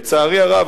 לצערי הרב,